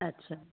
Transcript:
अच्छा